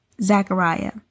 Zachariah